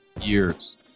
Years